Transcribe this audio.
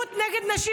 אלימות נגד נשים,